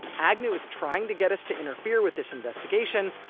agnew is trying to get us to interfere with this investigation,